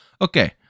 okay